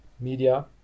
media